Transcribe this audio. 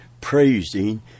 praising